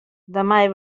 meie